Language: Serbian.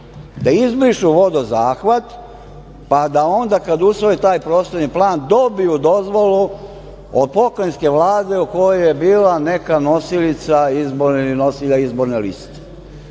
da izbrišu vodozahvat, pa da onda kad usvoje taj prostorni plan, dobiju dozvolu od Pokrajinske vlade u kojoj je bila neka nosilica ili